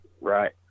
Right